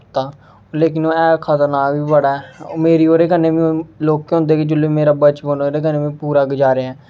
लेकिन ओह् ऐ खतरनाक बी बड़ा ऐ मेरी ओह्दे कन्नै लौह्के होंदे गै जोल्लै मेरा बचपन ओह्दे कन्नै में पूरा गुजारेआ ऐ